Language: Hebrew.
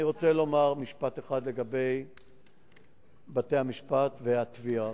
אני רוצה לומר משפט אחד לגבי בתי-המשפט והתביעה.